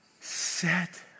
set